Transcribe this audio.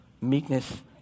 meekness